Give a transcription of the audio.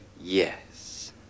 yes